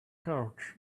couch